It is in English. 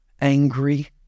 angry